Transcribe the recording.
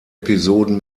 episoden